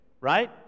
right